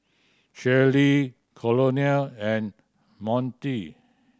Shirlie Colonel and Monty